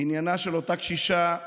בעניינה של אותה קשישה,